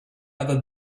other